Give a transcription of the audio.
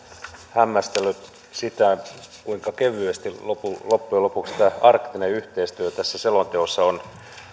hämmästellyt sitä kuinka kevyesti loppujen lopuksi arktinen yhteistyö tässä selonteossa on